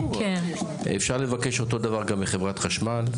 אפשר לבקש אותו דבר מחברת חשמל,